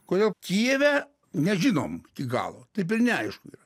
kodėl kijeve nežinom iki galo taip neaišku yra